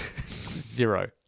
Zero